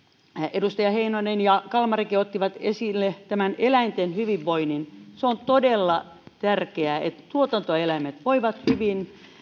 edustaja heinonen ja edustaja kalmarikin ottivat esille eläinten hyvinvoinnin se on todella tärkeää että tuotantoeläimet voivat hyvin